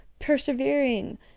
persevering